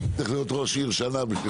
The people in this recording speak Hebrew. אתה צריך להיות ראש עיר שנה בשביל זה.